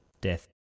Death